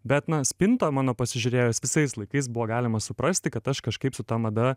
bet na spintą mano pasižiūrėjus visais laikais buvo galima suprasti kad aš kažkaip su ta mada